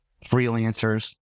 freelancers